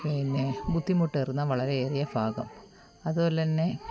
പിന്നെ ബുദ്ധിമുട്ടേറുന്ന വളരെ ഏറിയ ഭാഗം അതുപോലെ തന്നെ